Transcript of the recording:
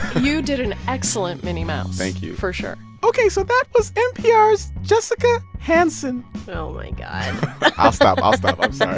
you did an excellent minnie mouse thank you for sure ok, so that was npr's jessica hansen oh, my god i'll stop. i'll stop. i'm sorry.